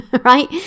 right